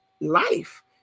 life